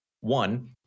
One